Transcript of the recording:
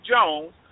Jones